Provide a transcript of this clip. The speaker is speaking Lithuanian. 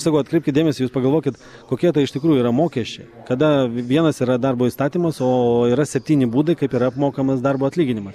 sakau atkreipkit dėmesį jūs pagalvokit kokie tai iš tikrųjų yra mokesčiai kada vienas yra darbo įstatymas o yra septyni būdai kaip yra apmokamas darbo atlyginimas